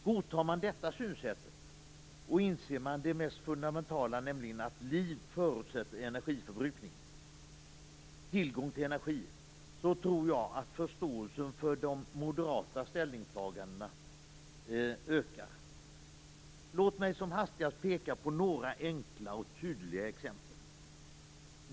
Godtar man detta synsätt och inser man det mest fundamentala - att liv förutsätter energiförbrukning, tillgång till energi - tror jag att förståelsen för de moderata ställningstagandena ökar. Låt mig som hastigast peka på några enkla och tydliga exempel.